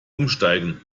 umsteigen